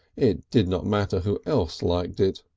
it did not matter who else liked it.